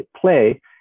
play